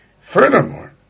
Furthermore